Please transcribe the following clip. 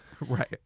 right